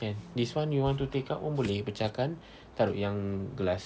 can this [one] you want to take out pun boleh pecah kan taruk yang glass